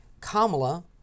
Kamala